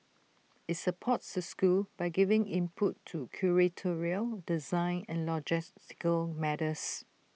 IT supports the schools by giving input in curatorial design and logistical matters